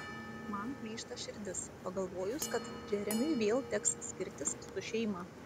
man plyšta širdis pagalvojus kad džeremiui vėl teks skirtis su šeima